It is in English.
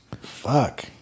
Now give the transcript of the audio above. Fuck